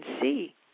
see